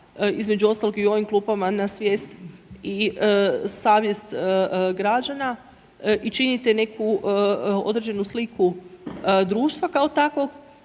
između ostalog i u ovim klupama na svijest i savjest građana i činite neku određenu sliku društva kao takvog